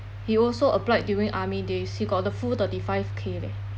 he also applied during army days he got the full thirty five K leh